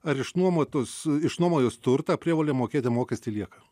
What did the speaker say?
ar išnuomotus išnuomojus turtą prievolė mokėti mokestį lieka